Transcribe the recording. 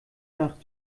nach